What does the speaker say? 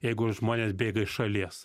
jeigu žmonės bėga iš šalies